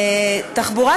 תודה רבה,